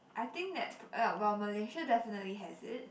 I think that f~ well Malaysia definitely has it